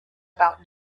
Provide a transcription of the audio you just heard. about